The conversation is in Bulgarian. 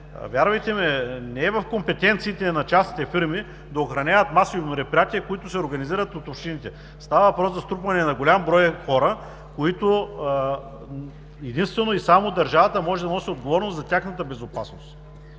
Вярвайте ми, не е в компетенциите на частните фирми да охраняват масови мероприятия, които се организират от общините. Става въпрос за струпване на голям брой хора, за които единствено и само държавата може да носи отговорност за тяхната безопасност.